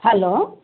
hello